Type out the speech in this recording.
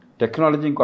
technology